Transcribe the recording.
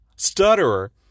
Stutterer